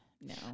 No